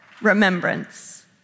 remembrance